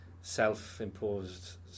self-imposed